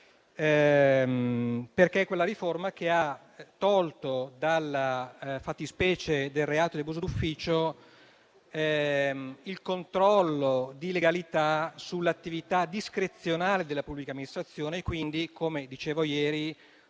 È quella riforma che ha tolto dalla fattispecie del reato di abuso d'ufficio il controllo di legalità sull'attività discrezionale della pubblica amministrazione e, quindi - come dicevo ieri